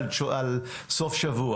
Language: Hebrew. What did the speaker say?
מעל ומעבר.